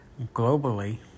globally